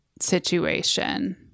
situation